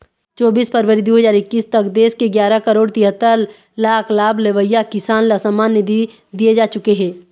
चोबीस फरवरी दू हजार एक्कीस तक देश के गियारा करोड़ तिहत्तर लाख लाभ लेवइया किसान ल सम्मान निधि दिए जा चुके हे